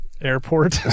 airport